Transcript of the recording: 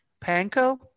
panko